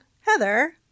Heather